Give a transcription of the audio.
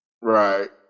Right